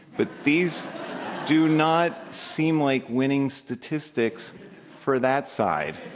but these do not seem like winning statistics for that side.